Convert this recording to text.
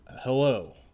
hello